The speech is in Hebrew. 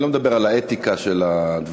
אני לא מדבר על האתיקה של הדברים,